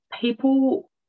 people